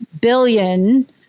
billion